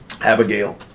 Abigail